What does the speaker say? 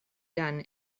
done